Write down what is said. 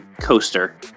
coaster